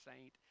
saint